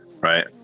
right